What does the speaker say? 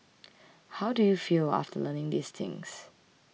how do you feel after learning these things